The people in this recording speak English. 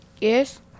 Yes